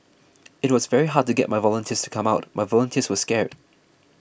it was very hard to get my volunteers to come out my volunteers were scared